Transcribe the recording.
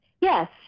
yes